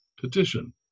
petition